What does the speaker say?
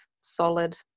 solid